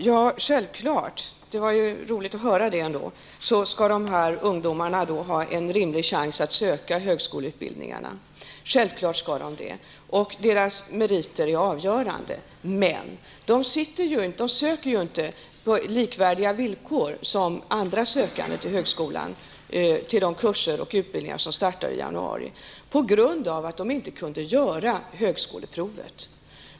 Herr talman! Det var roligt att höra att de här ungdomarna ändå skall ha en rimlig chans att söka högskoleutbildningarna -- det är självklart -- och deras meriter är avgörande. Men de söker ju inte på likvärdiga villkor som andra sökande till de kurser och utbildningar som startar i januari på grund av att de inte kunde göra högskoleprovet.